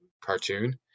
cartoon